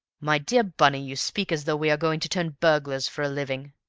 my dear bunny, you speak as though we were going to turn burglars for a living!